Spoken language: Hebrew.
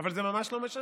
אבל זה ממש לא משנה.